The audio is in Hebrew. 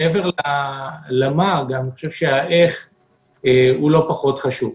מעבר ל-מה, גם האיך לא פחות חשוב.